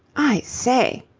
i say.